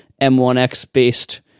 M1X-based